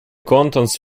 contents